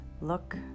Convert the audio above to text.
Look